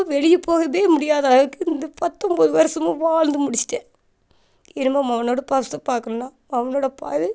அப்போ வெளியே போகவே முடியாத அளவுக்கு இந்த பத்தொம்போது வருடமும் வாழ்ந்து முடிச்சிட்டேன் இனிமேல் மகனோட பாசத்தை பார்க்கணுன்னா அவனோடய பாத